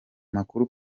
makuru